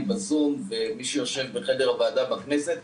בזום ומי שיושב בחדר הוועדה בכנסת,